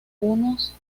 unos